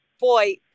boy